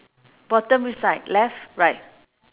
bottom which side left right